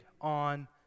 on